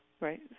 Right